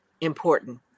important